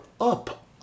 up